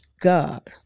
God